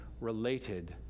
related